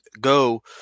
go